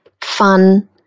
fun